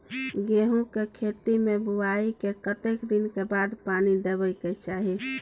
गेहूँ के खेती मे बुआई के कतेक दिन के बाद पानी देबै के चाही?